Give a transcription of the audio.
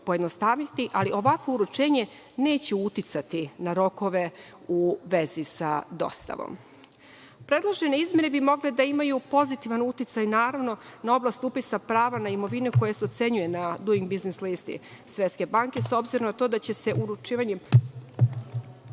ali ovakvo uručenje neće uticati na rokove u vezi sa dostavom. Predložene izmene bi mogle da imaju pozitivan uticaj, naravno, na oblast upisa prava na imovinu koje se ocenjuje na Duing biznis listi Svetske banke, s obzirom na to da će se uručivanjem